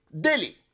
daily